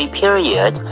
period